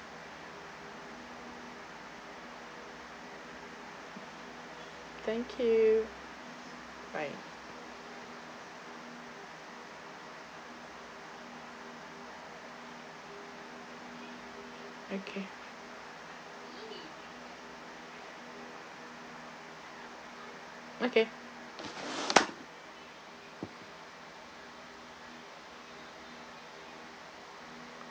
thank you bye okay okay